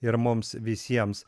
ir mums visiems